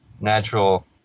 natural